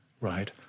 right